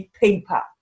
paper